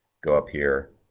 go up here,